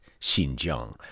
Xinjiang